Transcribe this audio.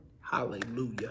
Hallelujah